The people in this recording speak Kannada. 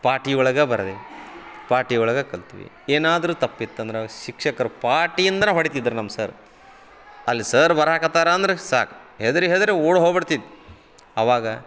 ಪಾಟಿ ಒಳಗೆ ಬರೆದೆ ಪಾಟಿ ಒಳಗೆ ಕಲ್ತ್ವಿ ಏನಾದರೂ ತಪ್ಪಿತ್ತಂದ್ರ ಶಿಕ್ಷಕರು ಪಾಟಿಯಿಂದನ ಹೊಡಿತಿದ್ರು ನಮ್ಮ ಸರ್ ಅಲ್ಲಿ ಸರ್ ಬರಕತ್ತಾರ ಅಂದ್ರ ಸಾಕು ಹೆದರಿ ಹೆದರಿ ಓಡಿ ಹೋಗ್ಬಿಡ್ತಿದ್ವಿ ಆವಾಗ